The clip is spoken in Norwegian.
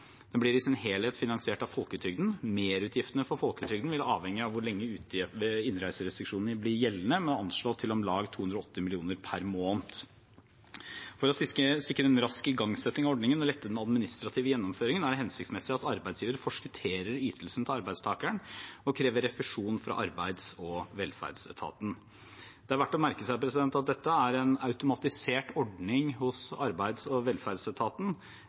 Den blir i sin helhet finansiert av folketrygden. Merutgiftene for folketrygden vil avhenge av hvor lenge innreiserestriksjonene vil bli gjeldende, men er anslått til om lag 280 mill. kr per måned. For å sikre en rask igangsetting av ordningen og lette den administrative gjennomføringen er det hensiktsmessig at arbeidsgiver forskutterer ytelsen til arbeidstakeren og krever refusjon fra arbeids- og velferdsetaten. Det er verdt å merke seg at dette er en automatisert ordning hos arbeids- og velferdsetaten,